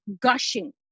gushing